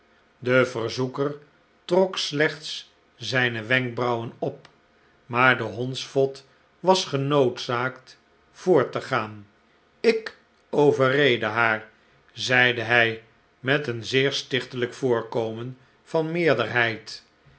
de verzoeker trok slechts zijne wenkbrauwen op maar de hondsvot was genoodzaakt voort te gaan i k overreedde haar zeide hij met een zeer stichtelijk voorkomen van meerderheid